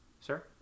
Sir